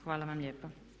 Hvala vam lijepa.